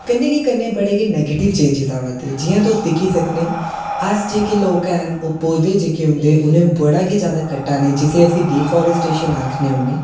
कन्नै गै कन्नै बड़े गै नेगैटिव चेंज आवै दी जियां तुस दिक्खी सकने अस जेह्के लोक हैन ओह् बहुत जेह्के होंदे उ'नें बड़ा गै जैदा कट्टा ने जिसी अस डिफरेस्टेशन आखने होन्ने